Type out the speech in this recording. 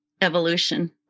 evolution